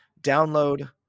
download